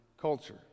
culture